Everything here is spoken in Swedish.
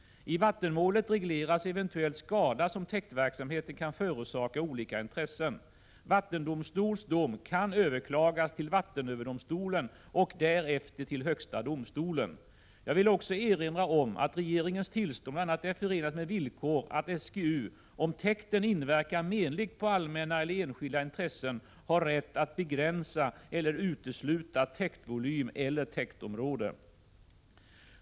I vattenmålet regleras eventuell skada som täktverksamheten kan förorsaka olika intressen. Vattendomstols dom kan överklagas till vattenöverdomstolen och därefter till högsta domstolen. Jag vill också erinra om att regeringens tillstånd bl.a. är förenat med villkor att SGU, om täkten inverkar menligt på allmänna eller enskilda intressen, har rätt att begränsa eller utesluta täktvolym eller I täktområde.